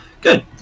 Good